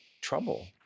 trouble